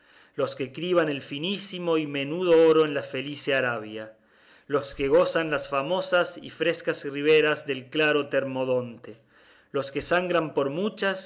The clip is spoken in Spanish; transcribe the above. los que criban el finísimo y menudo oro en la felice arabia los que gozan las famosas y frescas riberas del claro termodonte los que sangran por muchas